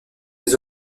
des